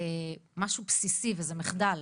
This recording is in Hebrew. זה משהו בסיסי וזה מחדל.